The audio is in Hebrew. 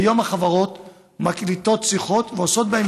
כיום החברות מקליטות שיחות ועושות בהן